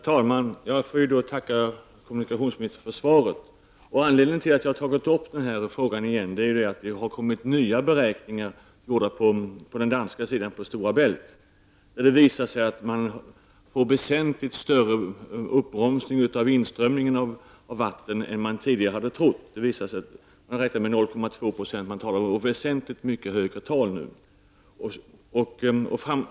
Herr talman! Jag får tacka kommunikationsministern för svaret. Anledningen till att jag har tagit upp denna fråga igen är att det har gjorts nya beräkningar gjorda på den danska sidan, på Stora Bält. Vid dessa beräkningar har man fått en väsentligt större uppbromsning av inströmningen av vatten än man tidigare hade trott. Man hade räknat med 0,2 %, men man talar om väsentligt mycket högre tal nu.